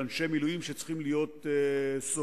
של אנשי מילואים שצריכים להיות סוהרים.